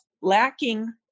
lacking